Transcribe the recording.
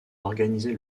organisés